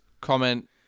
comment